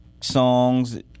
Songs